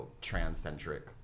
trans-centric